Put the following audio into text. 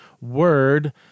word